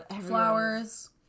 Flowers